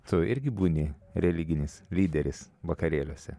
tu irgi būni religinis lyderis vakarėliuose